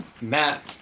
Matt